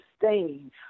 sustain